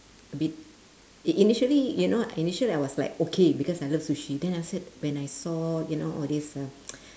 a bit in~ initially you know initially I was like okay because I love sushi then I said when I saw you know all this uh